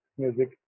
music